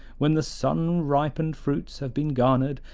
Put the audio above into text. when the sun-ripened fruits have been garnered,